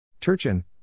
turchin